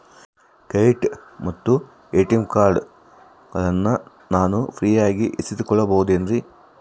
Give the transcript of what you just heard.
Credit ಮತ್ತ ATM ಕಾರ್ಡಗಳನ್ನ ನಾನು ಫ್ರೇಯಾಗಿ ಇಸಿದುಕೊಳ್ಳಬಹುದೇನ್ರಿ?